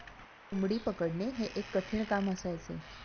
कोंबडी पकडणे हे एक कठीण काम असायचे